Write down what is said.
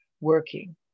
working